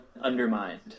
undermined